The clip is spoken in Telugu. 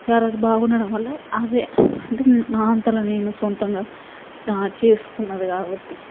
ఇక ఆరోజు బాగుండడం వల్ల అదే అంటే నా అంతల నేను సొంతంగా దా చేసుకున్నది కాబట్టి